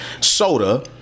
soda